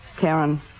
Karen